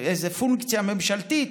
איזו פונקציה ממשלתית,